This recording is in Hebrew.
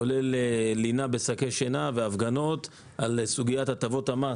כולל לינה בשקי שינה והפגנות על סוגיית הטבות המס.